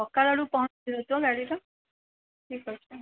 ସକାଳରୁ ପହଁଞ୍ଚିଯିବ ଠିକ୍ ଅଛି